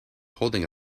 holding